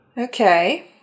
Okay